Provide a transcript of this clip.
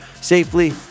safely